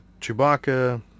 Chewbacca